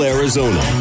Arizona